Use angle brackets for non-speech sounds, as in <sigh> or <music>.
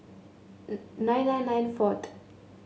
<unintelligible> nine nine nine four <unintelligible>